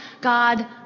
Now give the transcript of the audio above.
God